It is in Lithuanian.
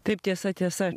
taip tiesa tiesa